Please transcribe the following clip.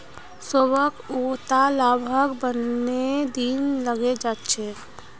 सौंफक उगवात लगभग नब्बे दिन लगे जाच्छे